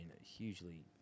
hugely